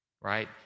right